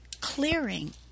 clearing